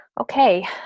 Okay